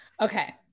Okay